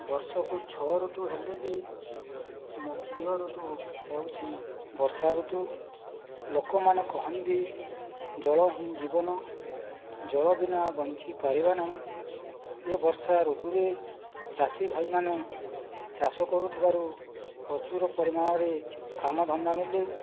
ବର୍ଷକୁ ଛଅ ଋତୁ ହେଲେ ବି ମୋ ପ୍ରିୟ ଋତୁ ହେଉଛି ବର୍ଷା ଋତୁ ଲୋକମାନେ କୁହନ୍ତି ଜଳ ହିଁ ଜୀବନ ଜଳ ବିନା ବଞ୍ଚି ପାରିବା ନାହିଁ ଏ ବର୍ଷା ଋତୁରେ ଚାଷୀ ଭାଇମାନେ ଚାଷ କରୁଥିବାରୁ ପ୍ରଚୁର ପରିମାଣରେ କାମ ଧନ୍ଦା ମିଳେ